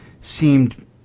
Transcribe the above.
seemed